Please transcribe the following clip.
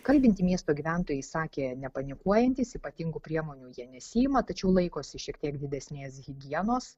kalbinti miesto gyventojai sakė nepanikuojantys ypatingų priemonių jie nesiima tačiau laikosi šiek tiek didesnės higienos